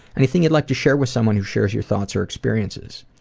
anything you'd like to share with someone who shares your thoughts or experiences?